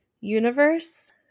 Universe